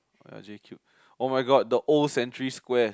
or J-Cube oh-my-god the old Century Square